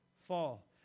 fall